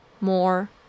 more